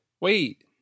wait